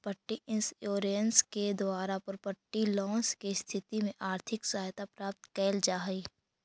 property insurance के द्वारा property loss के स्थिति में आर्थिक सहायता प्राप्त कैल जा हई